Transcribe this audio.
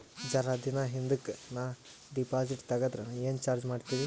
ಜರ ದಿನ ಹಿಂದಕ ನಾ ಡಿಪಾಜಿಟ್ ತಗದ್ರ ಏನ ಚಾರ್ಜ ಮಾಡ್ತೀರಿ?